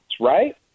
right